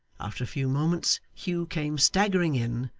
after a few moments, hugh came staggering in,